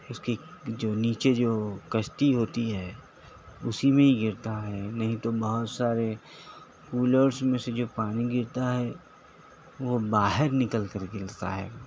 اس کے جو نیچے جو کشتی ہوتی ہے اسی میں گرتا ہے نہیں تو بہت سارے کولرس میں جو پانی گرتا ہے وہ باہر نکل کر گرتا ہے